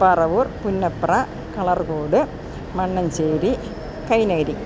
Paravur Punnapra Kalarcode Mannancheri Kainagiri